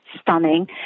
stunning